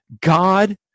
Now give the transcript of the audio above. God